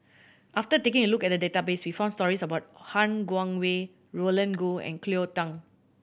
after taking a look at the database we found stories about Han Guangwei Roland Goh and Cleo Thang